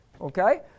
okay